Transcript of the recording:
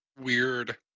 weird